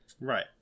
right